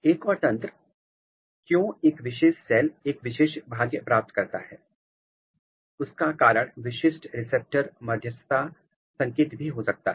एक और तंत्र क्यों एक विशेष सेल एक विशेष भाग्य प्राप्त करता है उसका कारण विशिष्ट रिसेप्टर मध्यस्थता संकेत भी हो सकता है